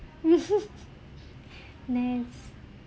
next